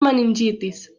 meningitis